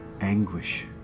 anguish